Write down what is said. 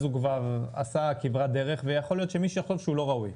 הוא כבר עשה כברת דרך ויכול להיות שמישהו יחשוב שהוא לא ראוי.